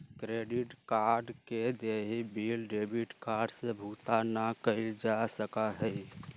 credit card के देय bill debit card से भुगतान ना कइल जा सका हई